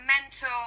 mental